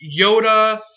Yoda